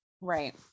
Right